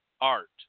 art